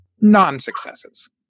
non-successes